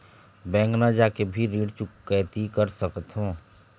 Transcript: Bank न जाके भी ऋण चुकैती कर सकथों?